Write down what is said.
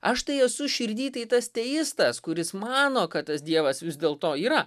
aš tai esu širdy tai tas teistas kuris mano kad tas dievas vis dėlto yra